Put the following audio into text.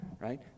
right